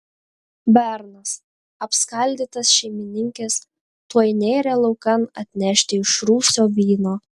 bernas apskaldytas šeimininkės tuoj nėrė laukan atnešti iš rūsio vyno